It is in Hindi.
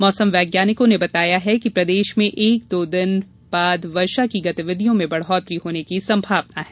मौसम वैज्ञानिकों ने बताया कि प्रदेश में एक दो दिन बाद वर्षा की गतिवधियों में बढ़ोत्तरी होने की संभावना है